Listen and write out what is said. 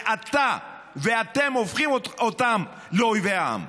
ואתה ואתם הופכים אותם לאויבי העם.